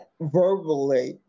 verbally